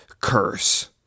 curse